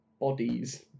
Bodies